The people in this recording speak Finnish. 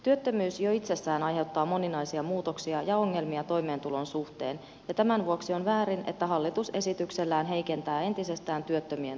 työttömyys jo itsessään aiheuttaa moninaisia muutoksia ja ongelmia toimeentulon suhteen ja tämän vuoksi on väärin että hallitus esityksellään heikentää entisestään työttömien toimeentuloa